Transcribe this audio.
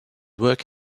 work